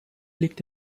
liegt